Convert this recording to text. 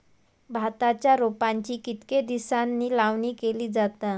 भाताच्या रोपांची कितके दिसांनी लावणी केली जाता?